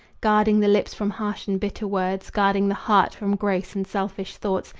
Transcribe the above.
guarding the lips from harsh and bitter words, guarding the heart from gross and selfish thoughts,